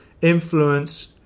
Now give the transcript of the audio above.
influence